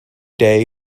day